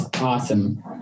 awesome